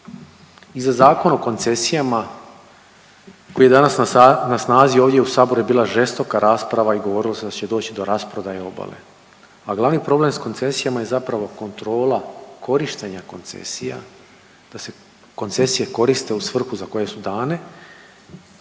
I za Zakon o koncesijama koji je danas na snazi ovdje u Saboru je bila žestoka rasprava i govorilo se da će doći do rasprodaje obale, a glavni problem sa koncesijama je zapravo kontrola korištenja koncesija da se koncesije koriste u svrhu za koje su dane